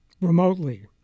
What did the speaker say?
remotely